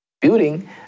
building